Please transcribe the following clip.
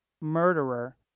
murderer